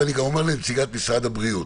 ואני גם אומר לנציגת משרד הבריאות: